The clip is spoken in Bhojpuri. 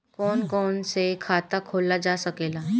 कौन कौन से खाता खोला जा सके ला?